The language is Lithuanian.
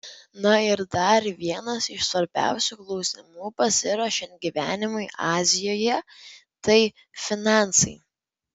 na ir dar vienas iš svarbiausių klausimų pasiruošiant gyvenimui azijoje tai finansai